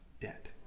debt